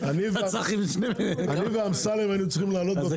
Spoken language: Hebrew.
אני ואמסלם היינו צריכים לעלות לאותו מסוק.